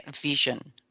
vision